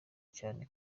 cyane